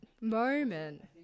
moment